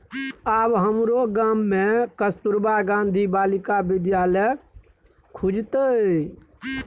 आब हमरो गाम मे कस्तूरबा गांधी बालिका विद्यालय खुजतै